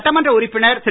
சட்டமன்ற உறுப்பினர் திரு